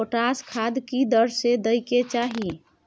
Potash खाद की दर से दै के चाही?